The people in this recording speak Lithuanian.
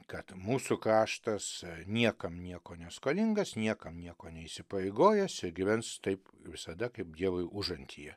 kad mūsų kraštas niekam nieko neskolingas niekam nieko neįsipareigojęs ir gyvens taip visada kaip dievui užantyje